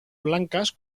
blancas